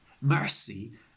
Mercy